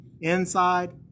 inside